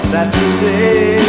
Saturday